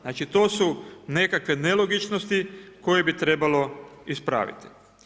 Znači to su nekakve nelogičnosti, koje bi trebalo ispraviti.